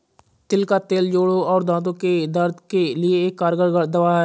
तिल का तेल जोड़ों और दांतो के दर्द के लिए एक कारगर दवा है